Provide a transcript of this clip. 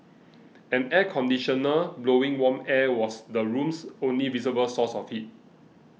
an air conditioner blowing warm air was the room's only visible source of heat